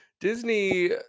Disney